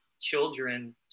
Children